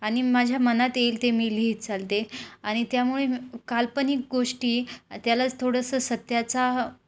आणि माझ्या मनात येईल ते मी लिहित चालते आणि त्यामुळे काल्पनिक गोष्टी त्यालाच थोडंसं सत्याचा